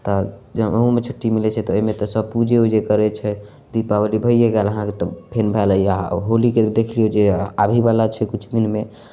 तऽ ओहोमे छुट्टी मिलै छै तऽ ओहिमे तऽ सभ पूजे उजे करै छै दीपावली भइए गेल अहाँके तऽ फेर भेल अहाँके होलीके देख लियौ जे आबयवला छै किछु दिनमे